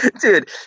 Dude